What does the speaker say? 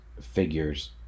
figures